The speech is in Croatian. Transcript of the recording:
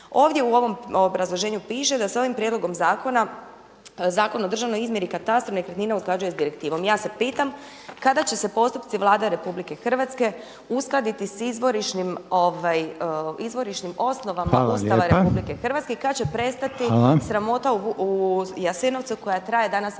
Ovdje u ovom obrazloženju piše da se ovim prijedlogom zakona, Zakon o državnoj izmjeri i katastru nekretnina usklađuje sa direktivom, ja se pitam kada će se postupci Vlade RH uskladiti s izvorišnim osnovama Ustava RH … /Upadica Reiner: Hvala lijepa./ … i kada će prestati sramota u Jasenovcu koja traje danas